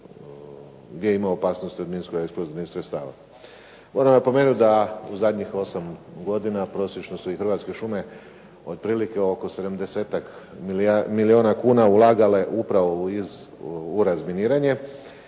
gdje ima opasnosti od minsko-eksplozivnih sredstava. Moram napomenuti da u zadnjih 8 godina prosječno su i Hrvatske šume otprilike osamdesetak miliona kuna ulagale upravo u razminiranje